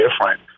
different